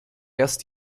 erst